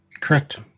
correct